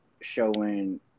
showing